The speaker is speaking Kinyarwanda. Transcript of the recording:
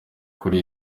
kuri